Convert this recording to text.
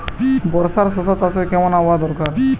বর্ষার শশা চাষে কেমন আবহাওয়া দরকার?